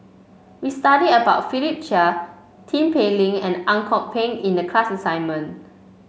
we studied about Philip Chia Tin Pei Ling and Ang Kok Peng in the class assignment